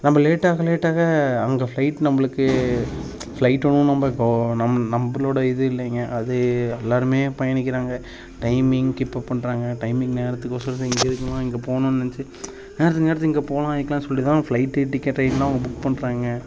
நம்ப லேட்டாக லேட்டாக அங்கே ஃப்ளைட் நம்பளுக்கு ஃப்ளைட்டும் நம்ப இப்போ நம் நம்பளோட இது இல்லைங்க அது எல்லாருமே பயணிக்கிறாங்க டைமிங் கீப்அப் பண்ணுறாங்க டைமிங் நேரத்துக்கு ஒரு சிலது இங்கே இருக்கணுமா இங்கே போகணுன்னு நினச்சி நேரத்துக்கு நேரத்துக்கு இங்கே போகலாம் இருக்கலான்னு சொல்லிட்டு தான் ஃப்ளைட்டு டிக்கெட் ட்ரெய்ன்லாம் அவங்க புக் பண்ணுறாங்க